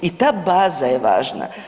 I ta baza je važna.